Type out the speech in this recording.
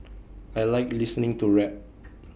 I Like listening to rap